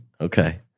Okay